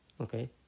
Okay